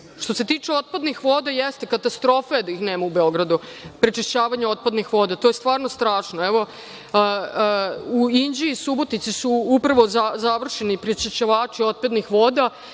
se tiče otpadnih voda, jeste, katastrofa je da ih nema u Beogradu, to prečišćavanje otpadnih voda i to je stvarno strašno. Evo, u Inđiji i Subotici su upravo završeni prečišćivači otpadnih voda